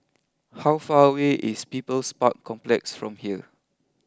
how far away is People's Park Complex from here